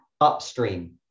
upstream